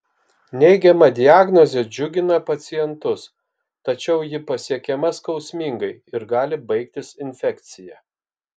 neigiama diagnozė džiugina pacientus tačiau ji pasiekiama skausmingai ir gali baigtis infekcija